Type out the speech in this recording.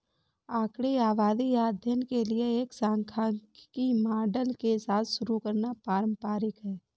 आंकड़े आबादी या अध्ययन के लिए एक सांख्यिकी मॉडल के साथ शुरू करना पारंपरिक है